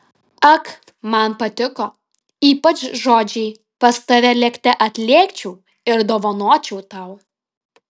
ak man patiko ypač žodžiai pas tave lėkte atlėkčiau ir dovanočiau tau